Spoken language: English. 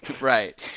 Right